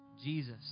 jesus